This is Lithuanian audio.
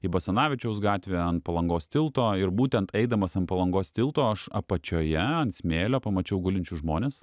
į basanavičiaus gatvę ant palangos tilto ir būtent eidamas ant palangos tilto aš apačioje ant smėlio pamačiau gulinčius žmones